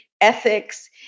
ethics